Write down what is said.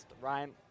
Ryan